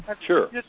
Sure